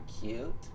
cute